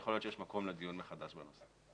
ויכול להיות שיש מקום לדיון מחדש בעניין.